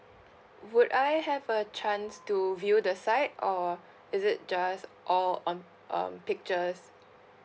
would I have a chance to view the site or is it just all on um pictures